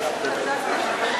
מי